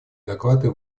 доклады